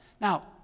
Now